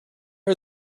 are